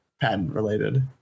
patent-related